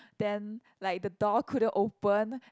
then like the door couldn't open